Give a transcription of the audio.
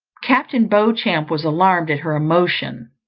captain beauchamp was alarmed at her emotion.